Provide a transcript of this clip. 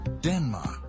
Denmark